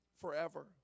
forever